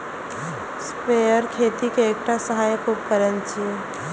sprayer खेती के एकटा सहायक उपकरण छियै